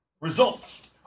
Results